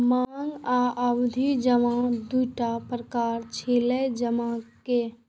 मांग आ सावधि जमा दूटा प्रकार छियै जमा के